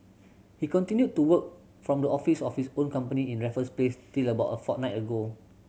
he continued to work from the office of his own company in Raffles Place till about a fortnight ago